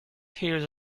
hears